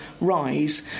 rise